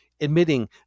Admitting